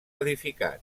edificat